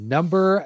Number